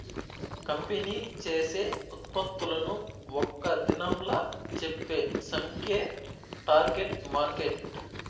company చేసే ఉత్పత్తులను ఒక్క దినంలా చెప్పే సంఖ్యే టార్గెట్ మార్కెట్